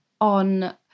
on